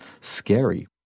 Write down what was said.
scary